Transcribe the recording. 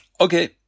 okay